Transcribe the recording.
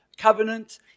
Covenant